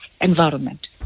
environment